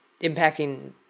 impacting